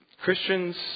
Christians